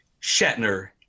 shatner